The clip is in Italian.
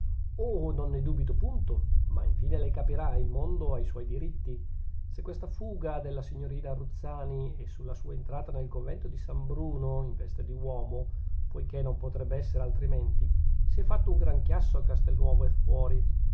oh non ne dubito punto ma infine lei capirà il mondo ha i suoi diritti su questa fuga della signorina ruzzani e sulla sua entrata nel convento di san bruno in veste d'uomo poichè non potrebb'essere altrimenti si è fatto un gran chiasso a castelnuovo e fuori